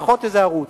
פחות איזה ערוץ,